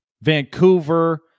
Vancouver